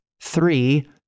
Three